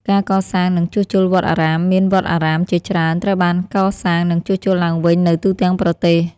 ការកសាង និងជួសជុលវត្តអារាម មានវត្តអារាមជាច្រើនត្រូវបានកសាង និងជួសជុលឡើងវិញនៅទូទាំងប្រទេស។